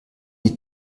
die